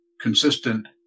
consistent